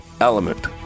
element